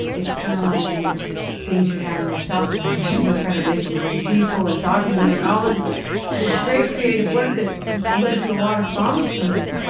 externalizing things you have in yourself and, you know, kind of making them people and talking to them and all of this great creative work that led to a lot of songs for me